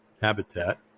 habitat